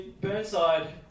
Burnside